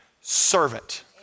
Servant